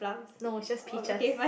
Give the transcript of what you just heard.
no it's just peaches